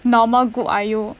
normal good are you